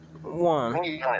One